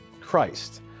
Christ